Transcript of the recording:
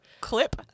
clip